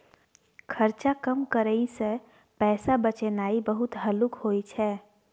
खर्चा कम करइ सँ पैसा बचेनाइ बहुत हल्लुक होइ छै